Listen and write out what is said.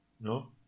no